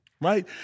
right